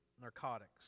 narcotics